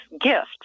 gift